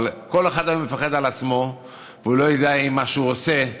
אבל כל אחד היום מפחד על עצמו והוא לא יודע לגבי מה שהוא עושה,